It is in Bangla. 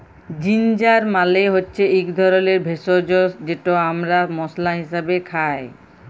জিনজার মালে হচ্যে ইক ধরলের ভেষজ যেট আমরা মশলা হিসাবে খাই